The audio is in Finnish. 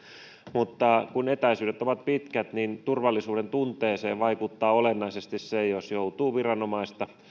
mutta kun etäisyydet ovat pitkät niin turvallisuudentunteeseen vaikuttaa olennaisesti se jos joutuu viranomaista